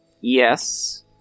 Yes